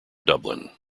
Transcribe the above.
dublin